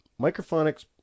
Microphonics